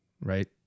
right